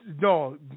no